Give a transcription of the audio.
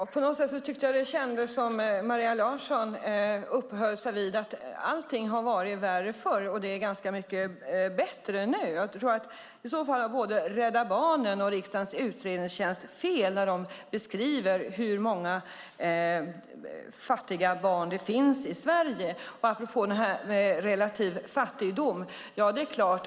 Herr talman! Det kändes som att Maria Larsson uppehöll sig vid att allting var värre förr och att det är ganska mycket bättre nu. I så fall har både Rädda Barnen och riksdagens utredningstjänst fel när de beskriver relativ fattigdom och hur många fattiga barn det finns i Sverige.